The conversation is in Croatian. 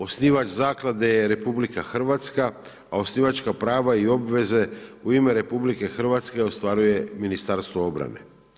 Osnivač zaklade je RH, a osnivačka prava i obveze u ime RH ostvaruje Ministarstvo obrane.